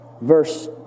Verse